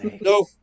No